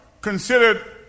Considered